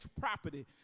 property